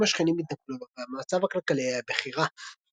העמים השכנים התנכלו לו והמצב הכלכלי היה בכי רע.